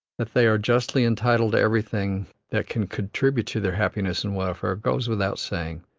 that they are justly entitled to everything that can contribute to their happiness and welfare, goes without saying.